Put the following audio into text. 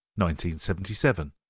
1977